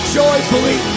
joyfully